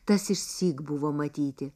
tas išsyk buvo matyti